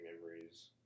memories